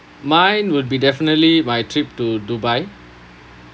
mine would be definitely my trip to dubai